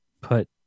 put